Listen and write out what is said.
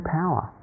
power